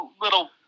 little